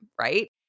right